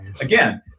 again